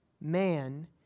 man